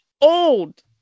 old